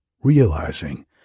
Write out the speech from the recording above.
realizing